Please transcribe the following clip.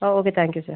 ah okay thank you sir